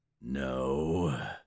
no